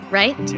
right